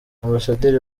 ambasaderi